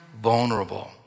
vulnerable